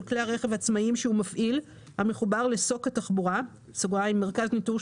של כלי הרכב העצמאיים שהוא מפעיל המחובר ל-SOC התחבורה (מרכז ניטור,